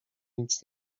nic